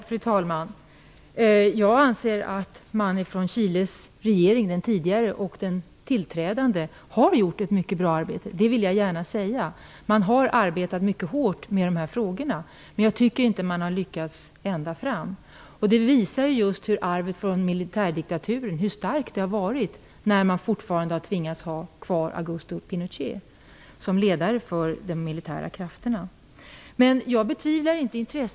Fru talman! Jag anser att Chiles regering, den föregående och den tillträdande, har gjort ett mycket bra arbete. Det vill jag gärna säga. Man har arbetat mycket hårt med dessa frågor, men jag tycker inte att man har nått ända fram. Att man fortfarande tvingas ha kvar Augusto Pinochet som ledare för de militära krafterna visar just hur starkt arvet från militärdiktaturen är.